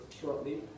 shortly